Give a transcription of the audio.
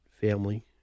family